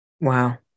wow